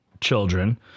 children